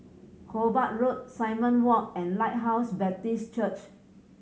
Hobart Road Simon Walk and Lighthouse Baptist Church